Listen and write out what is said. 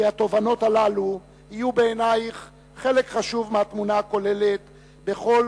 כי התובנות הללו יהיו בעינייך חלק חשוב מהתמונה הכוללת בכל